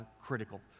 critical